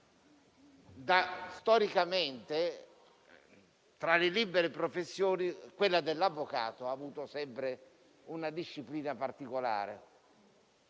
storicamente, tra le libere professioni, quella dell'avvocato ha avuto sempre una disciplina particolare.